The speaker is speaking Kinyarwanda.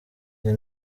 nge